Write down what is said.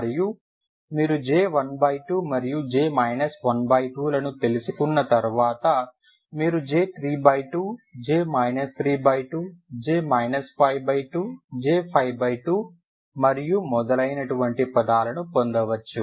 మరియు మీరు J12 మరియు J 12 లను తెలుసుకున్న తర్వాత మీరు J32 J 32 J 52 J52 మరియు మొదలైనటువంటి పదాలను పొందవచ్చు